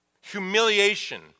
humiliation